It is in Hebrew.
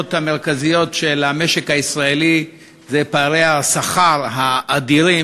המרכזיות של המשק הישראלי היא פערי השכר האדירים,